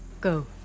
Go